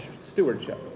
stewardship